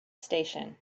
station